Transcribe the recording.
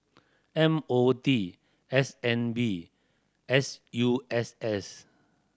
M O T S N B S U S S